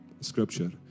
scripture